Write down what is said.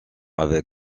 avec